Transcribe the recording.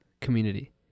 community